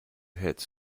hits